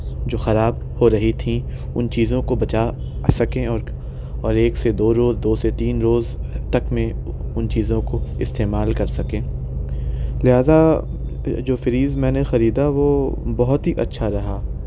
جو خراب ہو رہی تھیں اُن چیزوں کو بچا سکیں اور اور ایک سے دو روز دو سے تین روز تک میں اُن چیزوں کو استعمال کر سکیں لہذا جو فریج میں نے خریدا وہ بہت ہی اچھا رہا